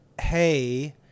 hey